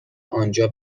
آنجا